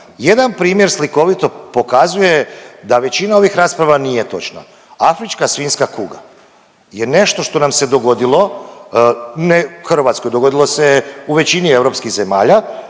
Jedan primjer slikovito pokazuje da većina ovih rasprava nije točna, afrička svinjska kuga je nešto što nam se dogodilo, ne u Hrvatskoj, dogodilo se je u većini europskih zemalja,